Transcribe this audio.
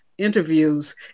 interviews